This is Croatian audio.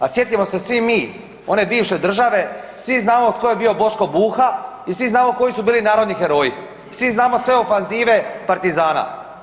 A sjetimo se svi mi one bivše države, svi znamo ko je bio Boško Buha i svi znamo koji su bili narodni heroji, svi znamo sve ofenzive partizana.